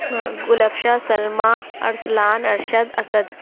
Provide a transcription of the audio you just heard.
Gul Afshan Salma Arsalan Arshad Asad